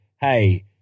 hey